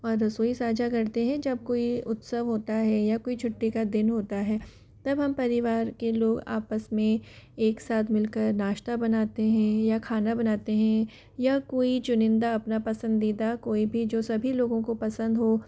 और रसोई साझा करते हैं जब कोई उत्सव होता है या कोई छुट्टी का दिन होता है तब हम परिवार के लोग आपस में एक साथ मिलकर नाश्ता बनाते हैं या खाना बनाते हैं या कोई चुनिंदा अपना पसंदीदा कोई भी जो सभी लोगों को पसंद हो